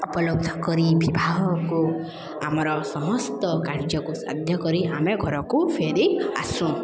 ଉପଲବ୍ଧ କରି ବିବାହକୁ ଆମର ସମସ୍ତ କାର୍ଯ୍ୟକୁ ସାଧ୍ୟ କରି ଆମେ ଘରକୁ ଫେରିଆସୁଁ